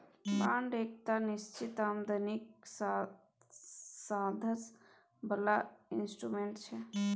bond एकटा निश्चित आमदनीक साधंश बला इंस्ट्रूमेंट छै